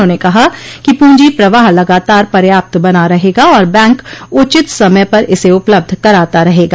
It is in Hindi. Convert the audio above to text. उन्होंने कहा कि पूंजी प्रवाह लगातार पर्याप्त बना रहेगा और बैंक उचित समय पर इसे उपलब्ध कराता रहेगा